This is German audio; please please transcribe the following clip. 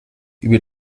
über